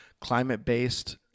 climate-based